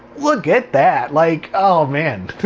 look at that! like oh man.